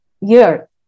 year